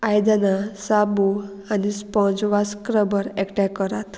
आयदनां साबू आनी स्पोंज वा स्क्रबर एकठांय करात